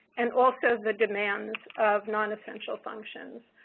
and also the demand of nonessential functions.